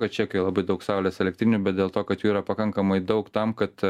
kad čekijoj labai daug saulės elektrinių bet dėl to kad jų yra pakankamai daug tam kad